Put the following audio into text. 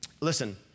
listen